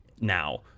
now